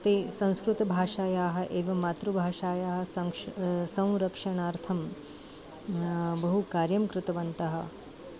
ते संस्कृतभाषायाः एवं मातृभाषायाः संक्ष् संरक्षणार्थं बहु कार्यं कृतवन्तः